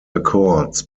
accords